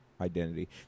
Identity